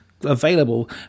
available